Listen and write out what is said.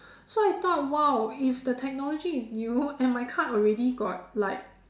so I thought !wow! if the technology is new and my card already got like